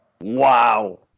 Wow